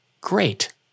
great